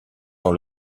dans